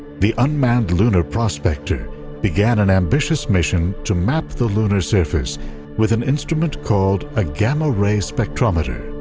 the unmanned lunar prospector began an ambitious mission to map the lunar surface with an instrument called a gamma-ray spectrometer.